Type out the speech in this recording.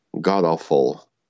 god-awful